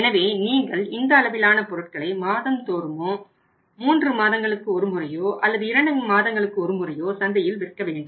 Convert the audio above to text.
எனவே நீங்கள் இந்த அளவிலான பொருட்களை மாதம்தோறுமோ மூன்று மாதங்களுக்கு ஒரு முறையோ அல்லது இரண்டு மாதங்களுக்கு ஒரு முறையோ சந்தையில் விற்க வேண்டும்